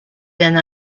been